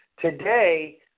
today